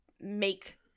make –